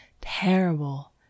terrible